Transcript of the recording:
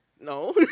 No